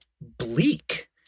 bleak